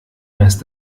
rest